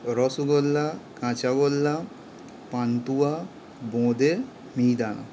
rasgulla kachagolla pantua bonde মিহিদানা